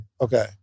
Okay